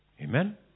Amen